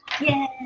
Yay